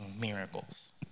miracles